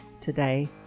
today